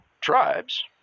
tribes